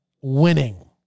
winning